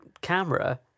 camera